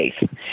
faith